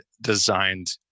designed